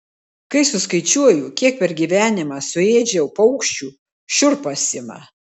kai suskaičiuoju kiek per gyvenimą suėdžiau paukščių šiurpas ima